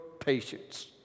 Patience